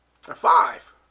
five